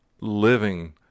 living